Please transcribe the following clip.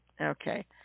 Okay